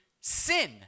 sin